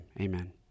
amen